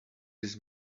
this